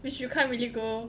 which you can't really go